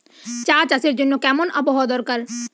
চা চাষের জন্য কেমন আবহাওয়া দরকার?